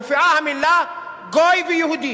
מופיעה המלה "גוי" ו"יהודי".